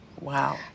Wow